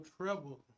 trouble